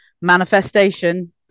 manifestation